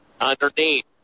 Underneath